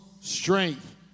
strength